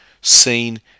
seen